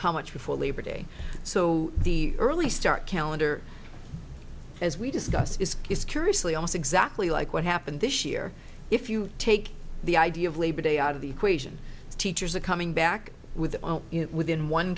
how much before labor day so the early start calendar as we discuss this is curiously almost exactly like what happened this year if you take the idea of labor day out of the equation teachers are coming back with it within one